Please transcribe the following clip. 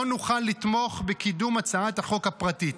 לא נוכל לתמוך בקידום הצעת החוק הפרטית.